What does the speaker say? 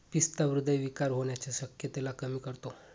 पिस्ता हृदय विकार होण्याच्या शक्यतेला कमी करतो